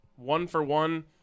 One-for-one